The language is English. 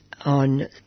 on